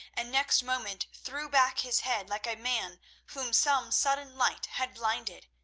and next moment threw back his head like a man whom some sudden light had blinded,